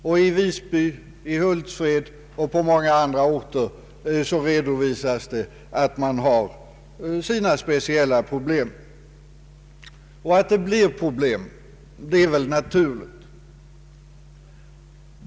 Också i Visby, i Hultsfred och på många andra orter redovisas speciella problem. Att det blir problem är väl naturligt.